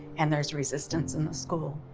and there's resistance in the school.